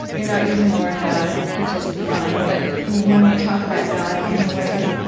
you're not using the word god, which is fine, but, i mean, when we talk about god anyway,